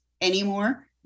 anymore